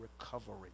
recovery